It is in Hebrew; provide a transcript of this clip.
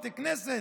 בתי כנסת,